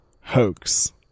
hoax